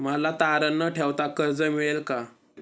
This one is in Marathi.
मला तारण न ठेवता कर्ज मिळेल का?